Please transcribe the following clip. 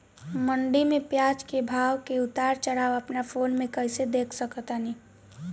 मंडी मे प्याज के भाव के उतार चढ़ाव अपना फोन से कइसे देख सकत बानी?